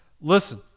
Listen